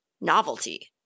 novelty